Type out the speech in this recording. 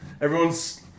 Everyone's